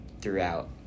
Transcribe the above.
throughout